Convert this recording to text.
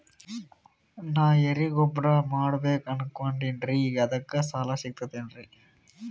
ನಾ ಎರಿಗೊಬ್ಬರ ಮಾಡಬೇಕು ಅನಕೊಂಡಿನ್ರಿ ಅದಕ ಸಾಲಾ ಸಿಗ್ತದೇನ್ರಿ?